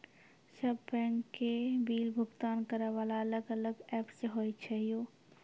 सब बैंक के बिल भुगतान करे वाला अलग अलग ऐप्स होय छै यो?